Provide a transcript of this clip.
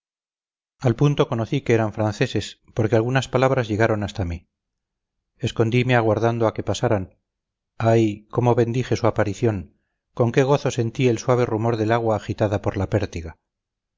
al punto conocí que eran franceses porque algunas palabras llegaron hasta mí escondime aguardando a que pasaran ay cómo bendije su aparición con qué gozo sentí el suave rumor del agua agitada por la pértiga